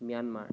Myanmar